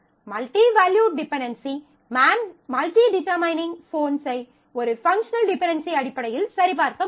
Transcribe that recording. multi valued dependency man →→ phones ஐ ஒரு functional dependency அடிப்படையில் சரிபார்க்க முடியும்